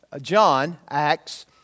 John-Acts